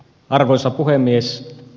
arvoisa puhemies